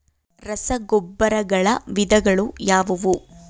ರಸಗೊಬ್ಬರಗಳ ವಿಧಗಳು ಯಾವುವು?